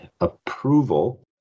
approval